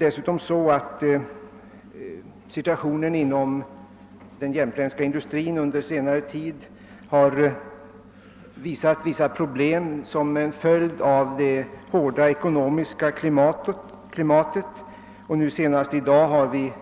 Den jämtländska industrin har dessutom fått vissa problem som en följd av det hårda ekonomiska klimatet; se nast i dag har vi